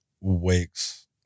wakes